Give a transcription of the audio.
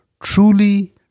truly